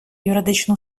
юридичну